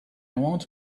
want